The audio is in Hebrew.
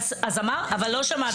לא שמעת אותי.